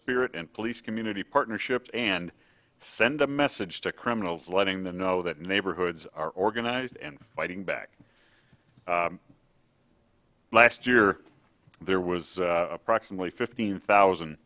spirit and police community partnerships and send a message to criminals letting them know that neighborhoods are organized and fighting back last year there was approximately fifteen thousand